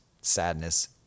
sadness